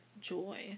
joy